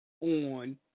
on